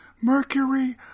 Mercury